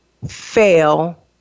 fail